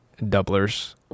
doublers